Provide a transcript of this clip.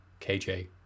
KJ